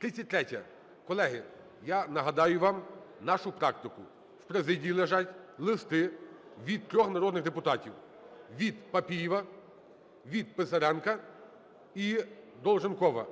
33-я. Колеги, я нагадаю вам нашу практику. В президії лежать листи від 3 народних депутатів: від Папієва, від Писаренка і Долженкова.